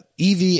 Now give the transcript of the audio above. EV